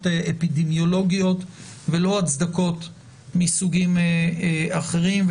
אפידמיולוגית ולא הצדקות מסוגים אחרים.